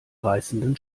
reißenden